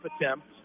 attempt